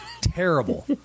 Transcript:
terrible